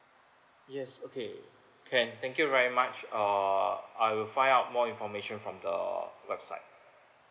yes okay can thank you very much uh I will find out more information from the website